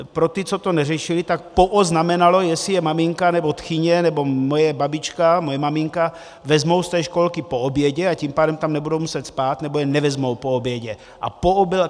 Pro ty, co to neřešili, tak po o znamenalo, jestli je maminka nebo tchyně nebo moje babička, moje maminka, vezmou z té školky po obědě, a tím pádem tam nebudou muset spát, nebo je nevezmou po obědě.